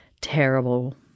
terrible